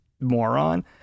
Moron